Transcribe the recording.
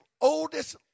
oldest